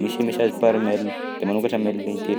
misy message par mail de manokatra mail intelo.